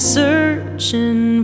searching